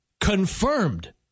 confirmed